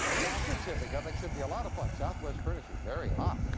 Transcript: a gift certificate. that should be a lot of fun. southwest furniture, very hot.